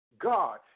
God